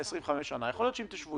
הכל כדי למנוע נשירה.